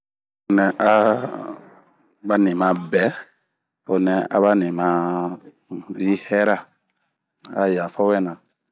Ho nɛ aba nima bɛɛ, honɛ aba nima yi hɛra, a yafawɛna;